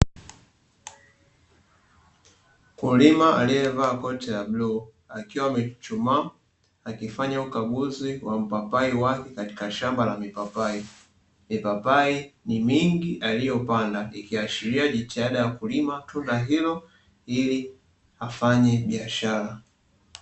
Mkulima aliyevaa koti la bluu akiwa amechuchumaa akifanya ukaguzi wa mpapai wake katika shamba la mipapai. Mipapai ni mingi aliyopanda ikiashiria ni jitihada ya kulima tunda hilo ili afanye biashara.